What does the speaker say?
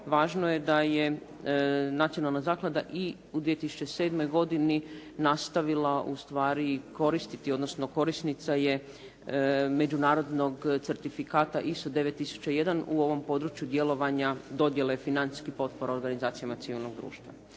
važno je da je nacionalna zaklada i u 2007. godini nastavila ustvari koristiti, odnosno korisnica je međunarodnog certifikata ISO 9001 u ovom području djelovanja dodjele financijskih potpora organizacijama civilnog društva.